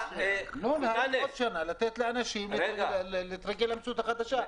עוד שנה לתת לאנשים להתרגל למציאות החדשה.